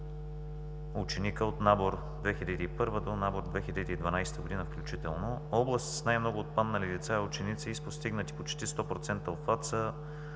ученика от набор 2001 до набор 2012 г. включително. Области с най-много отпаднали деца и ученици и с постигнати почти 100% обхват са